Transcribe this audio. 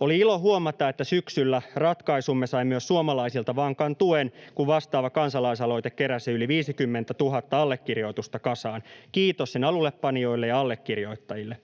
Oli ilo huomata, että syksyllä ratkaisumme sai myös suomalaisilta vankan tuen, kun vastaava kansalaisaloite keräsi yli 50 000 allekirjoitusta kasaan — kiitos sen alullepanijoille ja allekirjoittajille.